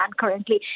currently